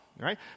right